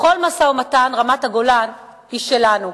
בכל משא-ומתן, רמת-הגולן היא שלנו.